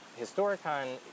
historicon